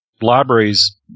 libraries